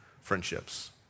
friendships